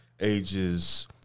ages